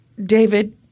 David